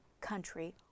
country